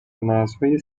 مرزهای